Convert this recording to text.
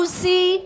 see